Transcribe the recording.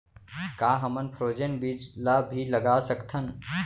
का हमन फ्रोजेन बीज ला भी लगा सकथन?